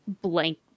blank